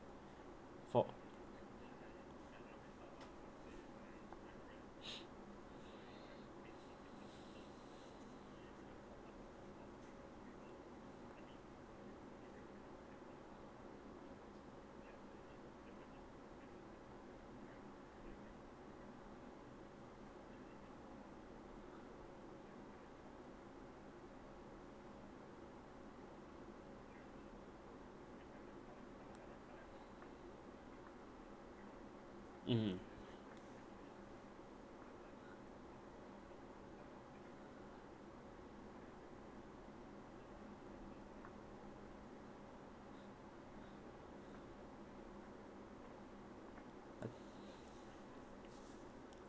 for mmhmm I